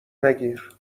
نگیر